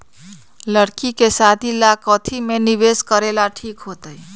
लड़की के शादी ला काथी में निवेस करेला ठीक होतई?